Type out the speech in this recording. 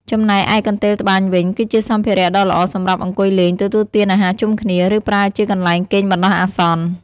ចំណែកឯកន្ទេលត្បាញវិញ គឺជាសម្ភារៈដ៏ល្អសម្រាប់អង្គុយលេង ទទួលទានអាហារជុំគ្នា ឬប្រើជាកន្លែងគេងបណ្តោះអាសន្ន។